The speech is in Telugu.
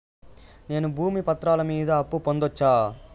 నేను భూమి పత్రాల మీద అప్పు పొందొచ్చా?